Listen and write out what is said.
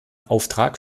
auftrag